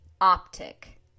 optic